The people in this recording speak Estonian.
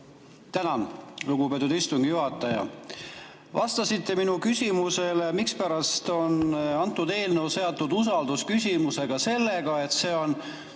Tänan, lugupeetud istungi juhataja! Te vastasite minu küsimusele, mispärast on antud eelnõu seotud usaldusküsimusega, nii, et seda on